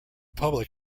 public